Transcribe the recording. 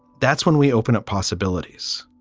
that's when we open up possibilities.